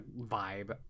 vibe